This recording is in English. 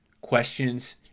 questions